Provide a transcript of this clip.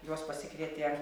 juos pasikvietė